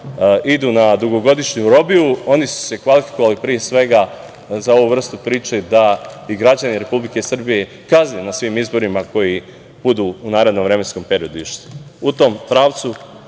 idu dugogodišnju robiju, oni su se kvalifikovali pre svega za ovu vrstu priče da ih građani Republike Srbije kazne na svim izborima koji budu na narednom vremenskom periodu išli.U tom pravcu,